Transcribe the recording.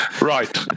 Right